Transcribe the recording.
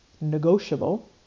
negotiable